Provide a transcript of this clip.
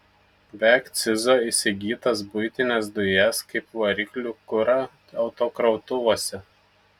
be akcizo įsigytas buitines dujas kaip variklių kurą autokrautuvuose